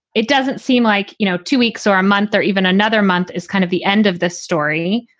it doesn't seem like, you know, two weeks or a month or even another month is kind of the end of this story,